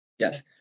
yes